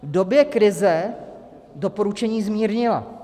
V době krize doporučení zmírnila.